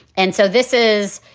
and so this is,